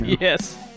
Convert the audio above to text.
Yes